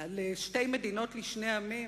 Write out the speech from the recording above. על שתי מדינות לשני העמים